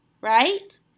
Right